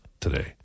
today